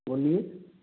बोलिए